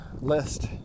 list